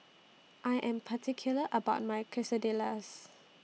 I Am particular about My Quesadillas